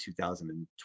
2020